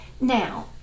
Now